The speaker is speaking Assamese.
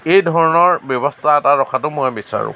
এই ধৰণৰ ব্যৱস্থা এটা ৰখাটো মই বিচাৰোঁ